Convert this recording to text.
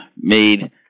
made